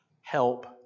help